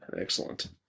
Excellent